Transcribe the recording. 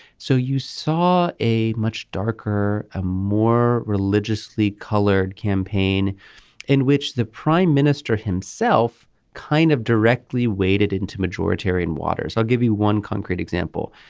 so you saw a much darker ah more religiously colored campaign in which the prime minister himself kind of directly waded into majority green waters. i'll give you one concrete example.